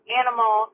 animal